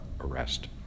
arrest